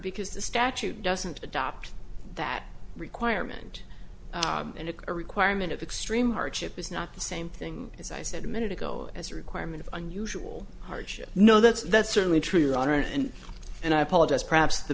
because the statute doesn't adopt that requirement and it's a requirement of extreme hardship is not the same thing as i said a minute ago as a requirement of unusual hardship no that's that's certainly true honor and and i apologize perhaps the